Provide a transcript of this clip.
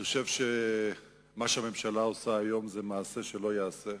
אני חושב שמה שהממשלה עושה היום זה מעשה שלא ייעשה,